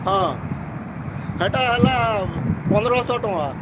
ହଁ ହେଟା ହେଲା ପନ୍ଦ୍ରଶ ଟଙ୍ଗା